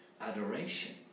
adoration